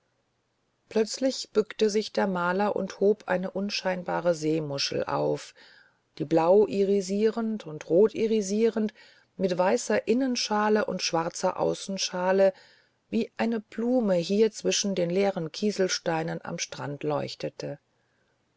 plötzlich bückte sich der maler und hob eine unscheinbare seemuschel auf die blau irisierend und rot irisierend mit weißer innenschale und schwarzer außenschale wie eine blume hier zwischen den leeren kieselsteinen am strand leuchtete